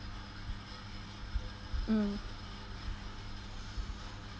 mm